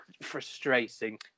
frustrating